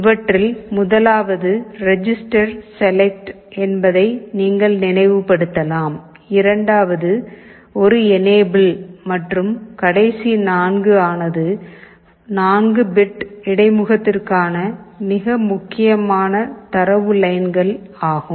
இவற்றில் முதலாவது register select என்பதை நீங்கள் நினைவுபடுத்தலாம் இரண்டாவது ஒரு எனேபிள் மற்றும் கடைசி 4 ஆனது 4 பிட் இடைமுகத்திற்கான மிக முக்கியமான தரவு லைன்கள் ஆகும்